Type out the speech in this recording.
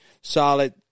solid—